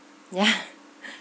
yeah